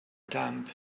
dumb